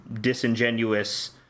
disingenuous